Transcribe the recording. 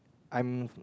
I'm